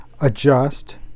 adjust